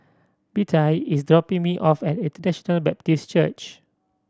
Bettye is dropping me off at International Baptist Church